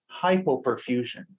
hypoperfusion